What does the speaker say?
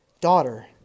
Daughter